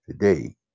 Today